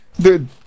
Dude